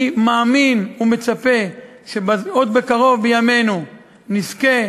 אני מאמין ומצפה שעוד בקרוב בימינו נזכה